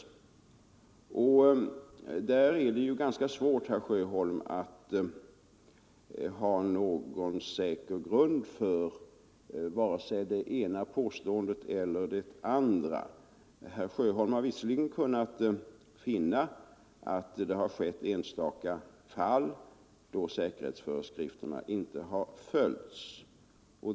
Det är ganska svårt, herr Sjöholm, att ha någon säker grund för vare sig det ena påståendet eller det andra. Herr Sjöholm har visserligen kunnat finna att det i enstaka fall har inträffat att säkerhetsföreskrifterna inte följts.